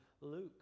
Luke